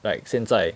like 现在